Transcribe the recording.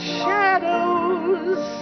shadows